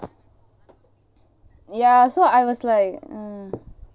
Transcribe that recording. ya so I was like